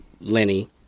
Lenny